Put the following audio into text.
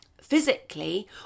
physically